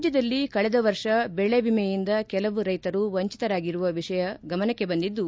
ರಾಜ್ಯದಲ್ಲಿ ಕಳೆದ ವರ್ಷ ರಾಜ್ಯದಲ್ಲಿ ಬೆಳೆವಿಮೆಯಿಂದ ಕೆಲವು ರೈತರು ವಂಚಿತರಾಗಿರುವ ವಿಷಯ ಗಮನಕ್ಕೆ ಬಂದಿದ್ದು